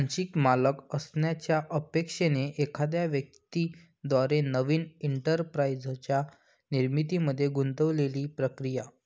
आंशिक मालक असण्याच्या अपेक्षेने एखाद्या व्यक्ती द्वारे नवीन एंटरप्राइझच्या निर्मितीमध्ये गुंतलेली प्रक्रिया